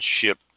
ship